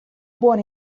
buon